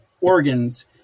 organs